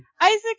Isaac